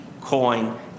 coin